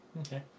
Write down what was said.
Okay